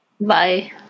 Bye